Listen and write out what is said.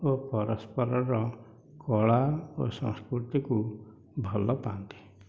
ଓ ପରସ୍ପରର କଳା ଓ ସଂସ୍କୃତିକୁ ଭଲ ପାଆନ୍ତି